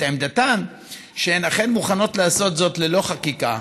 עמדתן שהן אכן מוכנות לעשות זאת ללא חקיקה,